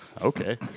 Okay